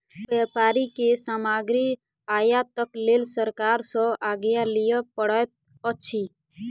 व्यापारी के सामग्री आयातक लेल सरकार सॅ आज्ञा लिअ पड़ैत अछि